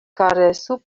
karesu